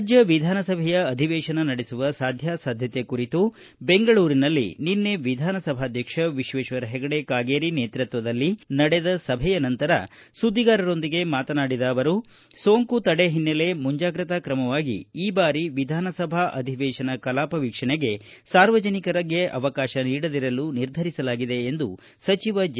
ರಾಜ್ಯ ವಿಧಾನಸಭೆಯ ಅಧಿವೇಶನ ನಡೆಸುವ ಸಾಧ್ಯಾಸಾಧ್ಯತೆ ಕುರಿತು ಬೆಂಗಳೂರಿನಲ್ಲಿ ನಿನ್ನೆ ವಿಧಾನಸಭಾಧ್ಯಕ್ಷ ವಿಶ್ವೇಶ್ವರ ಹೆಗಡೆ ಕಾಗೇರಿ ನೇತೃತ್ವದಲ್ಲಿ ನಡೆದ ಸಭೆಯ ನಂತರ ಸುದ್ದಿಗಾರರೊಂದಿಗೆ ಮಾತನಾಡಿದ ಅವರು ಸೋಂಕು ತಡೆ ಹಿನ್ನೆಲೆ ಮುಂಜಾಗ್ರತಾ ಕ್ರಮವಾಗಿ ಈ ಬಾರಿ ವಿಧಾನಸಭಾ ಅಧಿವೇಶನ ಕಲಾಪ ವೀಕ್ಷಣೆಗೆ ಸಾರ್ವಜನಿಕರಿಗೆ ಅವಕಾತ ನೀಡದಿರಲು ನಿರ್ಧರಿಸಲಾಗಿದೆ ಎಂದು ಸಚಿವ ಜೆ